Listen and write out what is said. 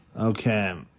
okay